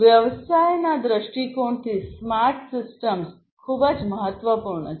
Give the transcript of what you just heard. વ્યવસાયના દ્રષ્ટિકોણથી smart systems ખૂબ મહત્વપૂર્ણ છે